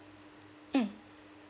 mm